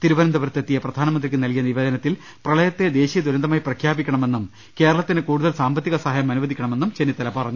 തിരു വനന്തപുരത്തെത്തിയ പ്രധാനമന്ത്രിക്ക് നൽകിയ നിവേദനത്തിൽ പ്രളയത്തെ ദേശീയ ദുരന്തമായി പ്രഖ്യാപിക്കണമെന്നും കേരളത്തിന് കൂടുതൽ സാമ്പ ത്തിക സഹായം അനുവദിക്കണമെന്നും ചെന്നിത്തല പറഞ്ഞു